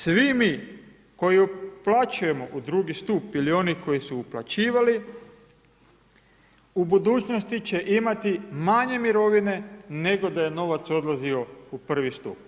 Svi mi koji uplaćujemo u drugi stup ili oni koji su uplaćivali u budućnosti će imati manje mirovine nego da je novac odlazio u prvi stup.